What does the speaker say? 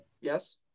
Yes